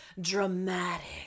dramatic